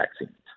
vaccines